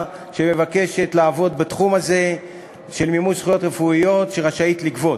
שמבקש לעבוד בתחום הזה של מימוש זכויות רפואיות רשאי לגבות.